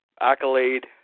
accolade